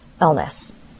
illness